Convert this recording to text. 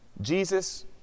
Jesus